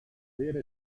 vera